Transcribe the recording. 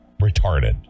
retarded